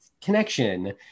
connection